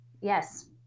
Yes